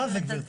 מה זה גברתי?